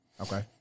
Okay